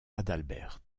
adalbert